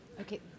Okay